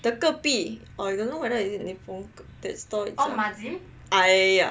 the 隔壁 or I don't know whether is it Nippon that store itself ah ya ya ya